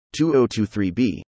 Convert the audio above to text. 2023B